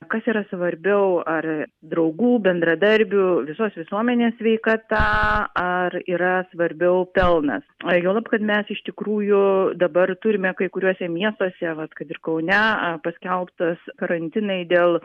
kas yra svarbiau ar draugų bendradarbių visos visuomenės sveikata ar yra svarbiau pelnas o juolab kad mes iš tikrųjų dabar turime kai kuriuose miestuose vat kad ir kaune paskelbtas karantinai dėl